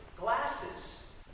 Glasses